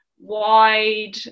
wide